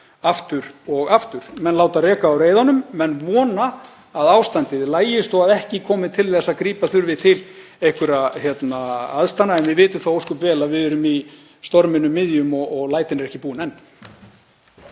aftur og aftur. Menn láta reka á reiðanum, vona að ástandið lagist og að ekki komi til þess að grípa þurfi til einhverra aðgerða. En við vitum ósköp vel að við erum í storminum miðjum og lætin eru ekki búin enn.